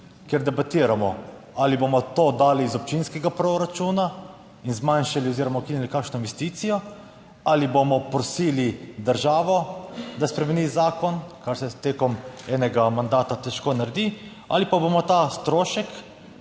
ker debatiramo ali bomo to dali iz občinskega proračuna in zmanjšali oziroma ukinili kakšno investicijo, ali bomo prosili državo, da spremeni zakon, kar se tekom enega mandata težko naredi, ali pa bomo ta strošek